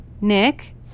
Nick